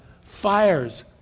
fires